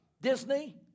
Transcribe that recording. Disney